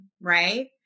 right